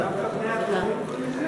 דווקא בני הטובים קונים נשק?